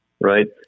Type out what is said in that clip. right